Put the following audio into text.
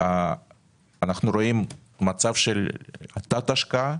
שם מצב של תת-השקעה